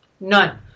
None